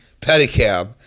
pedicab